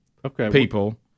people